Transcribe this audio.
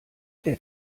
der